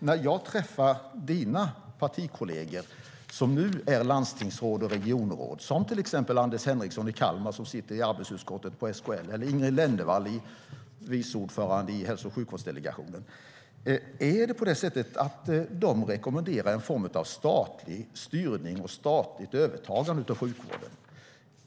När jag träffar dina partikolleger som nu är landstingsråd och regionråd, till exempel Anders Henriksson i Kalmar, som sitter i arbetsutskottet på SKL, eller Ingrid Lennervall, som är vice ordförande i Hälso och sjukvårdsdelegationen. Är det på det sättet att de rekommenderar en form av statlig styrning och statligt övertagande av sjukvården?